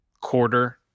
quarter